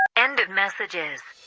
end of messages